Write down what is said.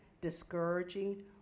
discouraging